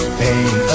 pain